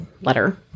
letter